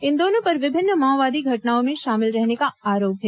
इन दोनों पर विभिन्न माओवादी घटनाओं में शामिल रहने का आरोप है